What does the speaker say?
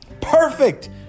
Perfect